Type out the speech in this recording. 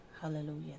hallelujah